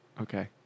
Okay